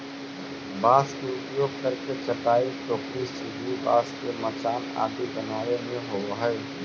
बाँस के उपयोग करके चटाई, टोकरी, सीढ़ी, बाँस के मचान आदि बनावे में होवऽ हइ